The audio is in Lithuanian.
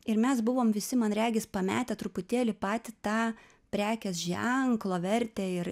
ir mes buvom visi man regis pametę truputėlį patį tą prekės ženklo vertę ir